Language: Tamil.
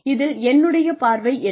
இதில் என்னுடைய பார்வை என்ன